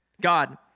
God